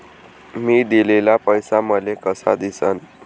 मी दिलेला पैसा मले कसा दिसन?